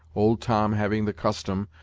old tom having the custom,